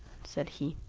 said he,